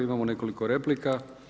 Imamo nekoliko replika.